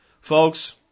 folks